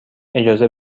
اجازه